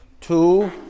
Two